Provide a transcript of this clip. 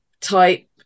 type